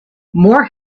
more